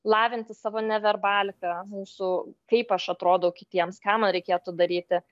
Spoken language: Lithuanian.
lavinti savo neverbaliką mūsų kaip aš atrodau kitiems ką man reikėtų daryti